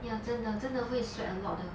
ya 真的真的会 sweat a lot 的